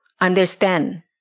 understand